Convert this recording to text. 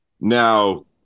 Now